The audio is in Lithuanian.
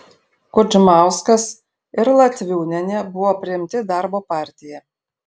kudžmauskas ir latviūnienė buvo priimti į darbo partiją